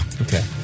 Okay